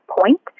point